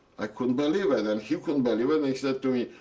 i couldn't believe it. and he couldn't believe it and he said to me,